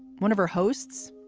one of her hosts,